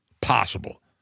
possible